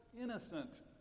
innocent